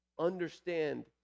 understand